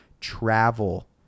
travel